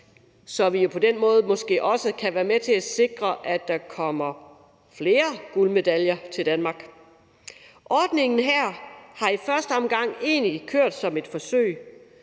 så vi på den måde måske også kan være med til sikre, at der kommer flere guldmedaljer til Danmark. Ordningen her har i første omgang egentlig kørt som et forsøg,